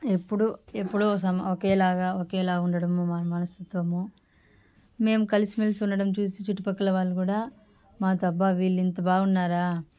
ఎప్పుడు ఎప్పుడు ఒకేలాగా ఒకేలా ఉండడము మన మనస్తత్వము మేం కలిసిమెలిసి ఉండడం చూసి చుట్టుపక్కల వాళ్ళు కూడా మాతో అబ్బా వీళ్ళింత బాగున్నారా